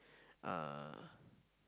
uh